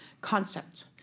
concept